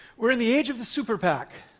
we're in the age of the super pac.